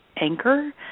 anchor